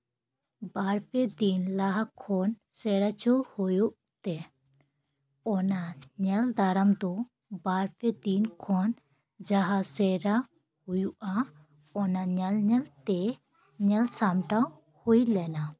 ᱵᱟᱨᱯᱮ ᱫᱤᱱ ᱞᱟᱦᱟ ᱠᱷᱚᱱ ᱥᱮᱬᱟ ᱦᱚᱪᱚ ᱦᱩᱭᱩᱜ ᱛᱮ ᱚᱱᱟ ᱧᱮᱞ ᱫᱟᱨᱟᱢ ᱫᱚ ᱵᱟᱨ ᱯᱮ ᱫᱤᱱ ᱠᱷᱚᱱ ᱡᱟᱦᱟᱸ ᱥᱮᱬᱟ ᱦᱩᱭᱩᱜᱼᱟ ᱚᱱᱟ ᱧᱮᱞ ᱧᱮᱞᱛᱮ ᱧᱮᱞ ᱥᱟᱢᱴᱟᱣ ᱦᱩᱭ ᱞᱮᱱᱟ